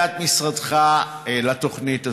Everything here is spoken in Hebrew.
1. מהי עמדתך ועמדת משרדך לתוכנית הזו?